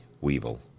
weevil